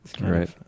Right